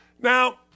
Now